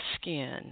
skin